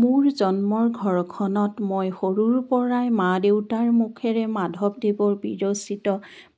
মোৰ জন্মৰ ঘৰখনত মই সৰুৰ পৰাই মা দেউতাৰ মুখেৰে মাধৱদেৱৰ বিৰচিত